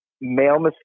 male